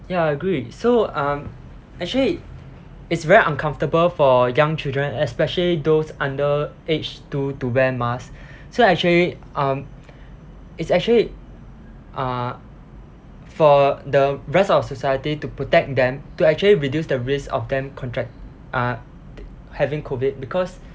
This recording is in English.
ya I agree so um actually it's very uncomfortable for young children especially those under age two to wear mask so actually um it's actually uh for the rest of society to protect them to actually reduce the risk of them contract uh having COVID because